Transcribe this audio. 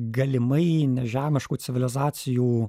galimai nežemiškų civilizacijų